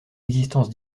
existence